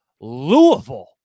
Louisville